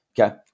Okay